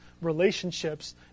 relationships